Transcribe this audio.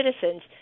citizens